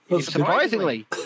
Surprisingly